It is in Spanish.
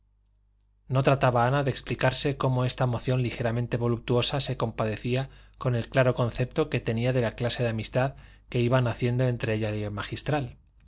no trataba ana de explicarse cómo esta emoción ligeramente voluptuosa se compadecía con el claro concepto que tenía de la clase de amistad que iba naciendo entre ella y el magistral